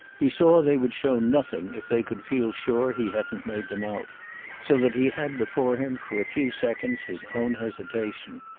he saw they would show nothing if they could feel sure he hadn't made them out so that he had before him for a few seconds his own hesitation.